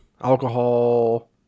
alcohol